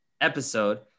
episode